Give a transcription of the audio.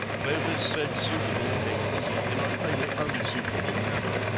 clovis said suitable things in a highly unsuitable manner,